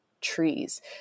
trees